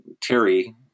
Terry